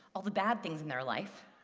all the bad things in their life.